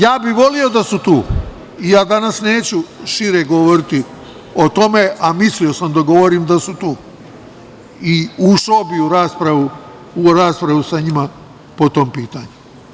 Ja bih voleo da su tu i ja danas neću šire govoriti o tome, a mislio sam da govorim da su tu i ušao bih u raspravu sa njima po tom pitanju.